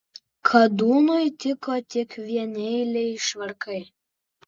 kadūnui tiko tik vieneiliai švarkai